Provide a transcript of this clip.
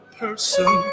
person